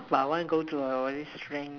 but want go to the all this strange